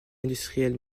industriels